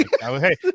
Hey